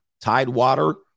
Tidewater